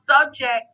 subject